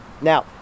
Now